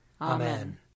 Amen